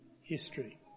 history